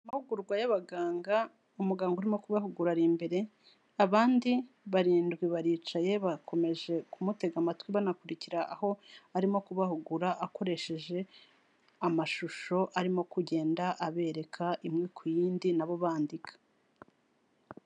Amahugurwa y'abaganga, umuganga urimo kubahugura ari imbere, abandi barindwi baricaye bakomeje kumutega amatwi banakurikira, aho arimo kubahugura akoresheje amashusho arimo kugenda abereka imwe ku yindi na bo bandika.